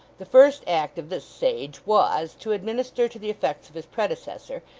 the first act of this sage, was, to administer to the effects of his predecessor,